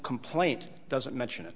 complaint doesn't mention it